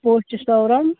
post शीसौरम